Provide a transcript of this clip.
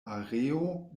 areo